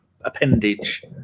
appendage